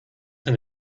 eine